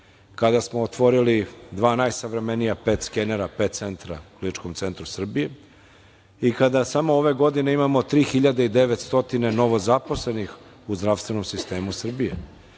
kada smo otvorili dva najsavremenija pet skenera, pet centra u Kliničkom centru Srbije i kada samo ove godine imamo 3900 novozaposlenih u zdravstvenom sistemu Srbije,